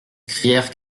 crièrent